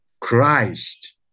Christ